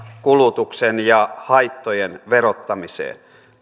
kulutuksen ja haittojen verottamiseen